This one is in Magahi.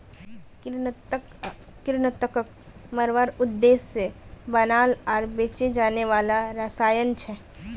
कृंतक कृन्तकक मारवार उद्देश्य से बनाल आर बेचे जाने वाला रसायन छे